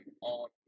on